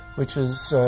which is,